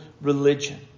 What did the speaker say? religion